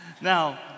Now